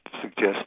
suggest